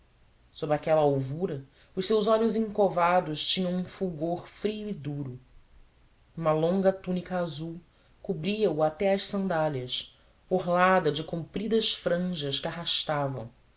sob aquela alvura os seus olhos encovados tinham um fulgor frio e duro uma longa túnica azul cobria o até às sandálias orlada de compridas franjas que arrastavam